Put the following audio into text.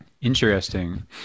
Interesting